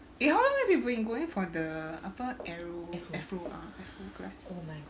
eh how long have you been going for the uh apa aero~ afro ah afro class